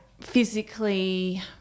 physically